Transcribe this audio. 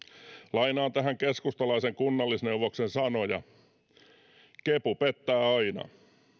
lainaan tähän keskustalaisen kunnallisneuvoksen sanoja kepu pettää aina